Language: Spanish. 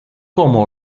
como